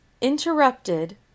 interrupted